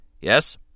Yes